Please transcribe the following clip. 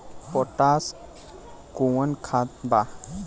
Potash कोउन खाद बा?